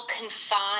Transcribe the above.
confined